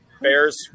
Bears